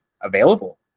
available